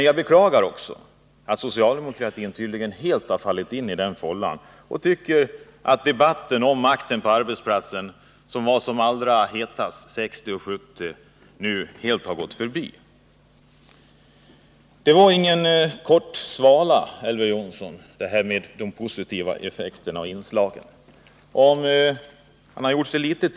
Jag beklagar att socialdemokratin har hamnat i samma fålla. Debatten om makten på arbetsplatserna, som var som hetast mellan 1960 och 1970, tycks nu helt vara över. Vad jag sade om de positiva inslagen i medbestämmandelagen är inte någon enstaka svala, Elver Jonsson.